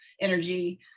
energy